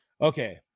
Okay